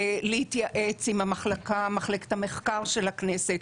להתייעץ עם מחלקת המחקר של הכנסת,